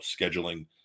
scheduling